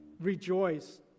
rejoice